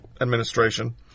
administration